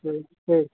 ठीक छै